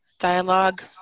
Dialogue